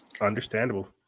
Understandable